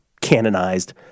canonized